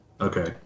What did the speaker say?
okay